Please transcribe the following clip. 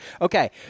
Okay